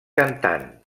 cantant